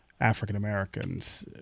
african-americans